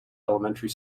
elementary